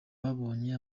babonye